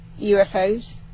UFOs